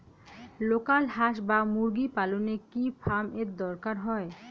Local হাস বা মুরগি পালনে কি ফার্ম এর দরকার হয়?